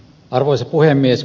arvoisa puhemies